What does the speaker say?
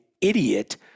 idiot